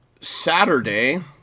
Saturday